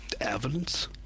evidence